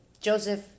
Joseph